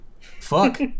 fuck